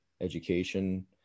education